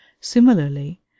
similarly